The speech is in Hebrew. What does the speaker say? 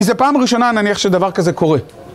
כי זה פעם ראשונה נניח שדבר כזה קורה